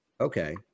Okay